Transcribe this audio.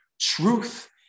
truth